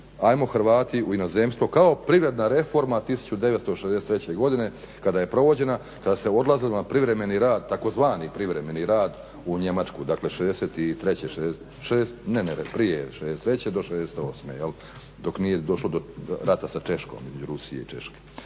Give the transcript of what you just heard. ajmo Hrvati u inozemstvo, kao privredna reforma 1963.godine kada je provođena kada se odlazilo na privremeni rad tzv. privremeni rad u Njemačku, dakle od '63.do '68.dok nije došlo do rata sa Češkom između Rusije i Češke.